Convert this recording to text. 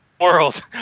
World